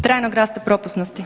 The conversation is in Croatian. Trajnog rasta propusnosti.